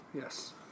Yes